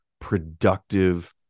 productive